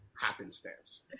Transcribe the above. happenstance